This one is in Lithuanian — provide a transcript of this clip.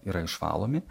yra išvalomi